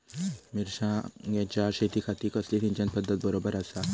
मिर्षागेंच्या शेतीखाती कसली सिंचन पध्दत बरोबर आसा?